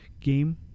game